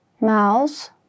mouse